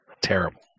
terrible